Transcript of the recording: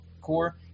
core